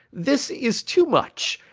this is too much,